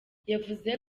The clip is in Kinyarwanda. yavuze